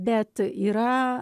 bet yra